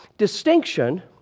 Distinction